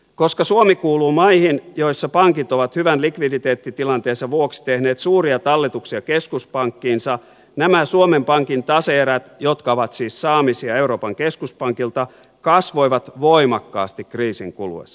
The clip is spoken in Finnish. koska suomi kuuluu maihin joissa pankit ovat hyvän likviditeettitilanteensa vuoksi tehneet suuria talletuksia keskuspankkiinsa nämä suomen pankin tase erät jotka ovat siis saamisia euroopan keskuspankilta kasvoivat voimakkaasti kriisin kuluessa